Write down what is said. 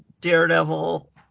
daredevil